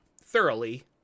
thoroughly